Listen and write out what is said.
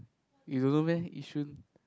you don't know meh Yishun